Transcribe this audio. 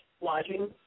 lodging